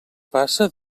passa